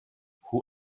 who